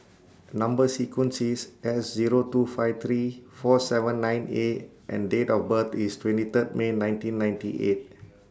Number sequence IS S Zero two five three four seven nine A and Date of birth IS twenty three May nineteen ninety eight